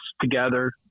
together